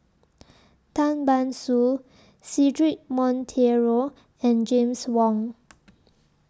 Tan Ban Soon Cedric Monteiro and James Wong